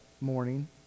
morning